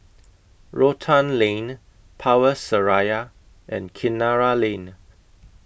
Rotan Lane Power Seraya and Kinara Lane